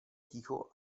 ticho